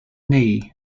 knee